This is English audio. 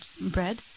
bread